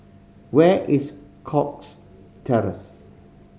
where is Cox Terrace